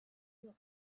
real